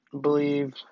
believe